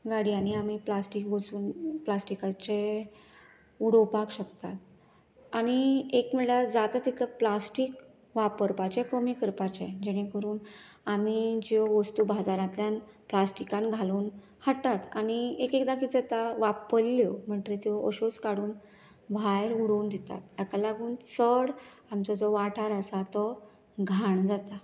गाडयांनी आमी प्लास्टिक वचून प्लास्टिकाचे उडोवपाक शकतात आनी एक म्हणल्यार जाता तितलो प्लास्टिक वापरपाचे कमी करपाचे जेणे करून आमी ज्यो वस्तू बाजारांतल्यान प्लास्टिकान घालून हाडटात आनी एक एकदां कितें जाता वापरल्यो म्हणटगीर त्यो अश्योच काडून भायर उडोवन दितात हाका लागून चड आमचो जो वाठार आसा तो घाण जाता